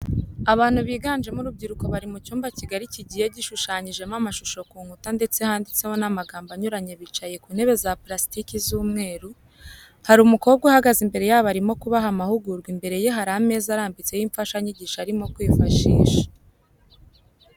Abantu biganjemo urubyiruko bari mu cyumba kigari kigiye gishushanyijeho amashusho ku nkuta ndetse handitseho n'amagambo anyuranye bicaye ku ntebe za purasitiki z'umweru, hari umukobwa uhagaze imbere yabo arimo kubaha amahugurwa imbere ye hari ameza arambitseho imfashanyigisho arimo kwifashisha.